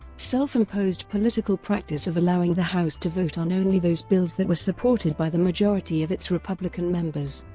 self-imposed political practice of allowing the house to vote on only those bills that were supported by the majority of its republican members.